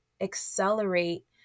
accelerate